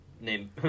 name